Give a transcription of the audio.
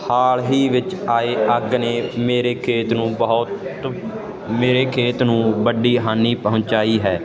ਹਾਲ ਹੀ ਵਿੱਚ ਆਏ ਅੱਗ ਨੇ ਮੇਰੇ ਖੇਤ ਨੂੰ ਬਹੁਤ ਮੇਰੇ ਖੇਤ ਨੂੰ ਵੱਡੀ ਹਾਨੀ ਪਹੁੰਚਾਈ ਹੈ